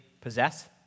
Possess